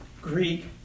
Greek